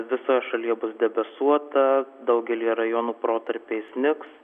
visoje šalyje bus debesuota daugelyje rajonų protarpiais snigs